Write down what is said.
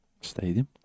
Stadium